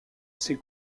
ces